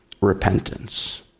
repentance